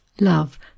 love